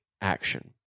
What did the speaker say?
action